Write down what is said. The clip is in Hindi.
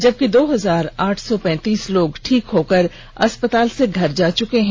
जबकि दो हजार आठ सौ पैंतीस लोग ठीक होकर अस्पताल से घर जा चुके हैं